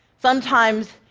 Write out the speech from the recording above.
sometimes,